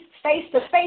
face-to-face